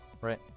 right